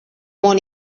món